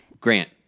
Grant